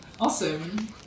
Awesome